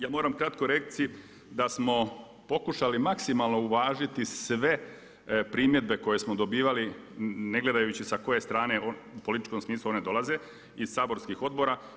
Ja moram kratko reći da smo pokušali maksimalno uvažiti sve primjedbe koje smo dobivali ne gledajući sa koje strane u političkom smislu one dolaze iz saborskih odbora.